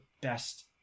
best